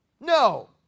No